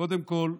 קודם כול,